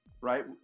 right